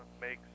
makes